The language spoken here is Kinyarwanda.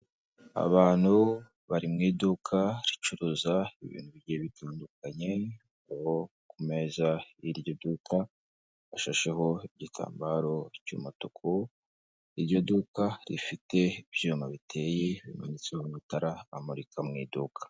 Abantu bari mu iduka ricuruza ibintu bigiye bitandukanye aho ku meza y'iryo duka hashasheho igitambaro cy'umutuku, iryo duka rifite ibyuma biteye bimanitseho amatara amurika mu iduka.